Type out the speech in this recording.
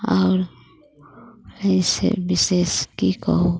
आओर अइसँ विशेष की कहू